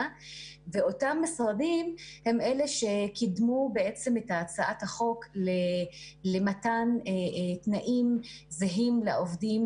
ואותם משרדים הם אלה שקידמו את הצעת החוק למתן תנאים זהים לעובדים